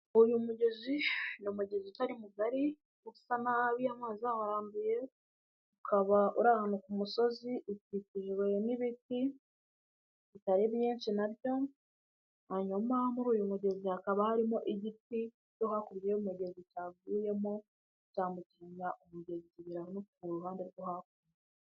Uyu mugezi, ni umugezi utari mugari, usa nabi amazi yawo aranduye, ukaba uri ahantu ku musozi ukikijwe n'ibiti bitari byinshi nabyo, hanyuma muri uyu mugezi hakaba harimo igiti cyo hakurya y'umugezi cyaguyemo, cyambukiranya umugezi kigera ku ruhande rwo hakurya.